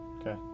Okay